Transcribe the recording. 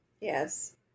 Yes